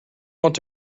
want